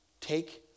Take